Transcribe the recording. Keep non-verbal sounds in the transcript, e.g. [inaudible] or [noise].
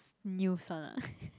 news one ah [laughs]